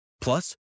Plus